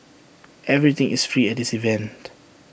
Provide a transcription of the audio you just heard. everything is free at this event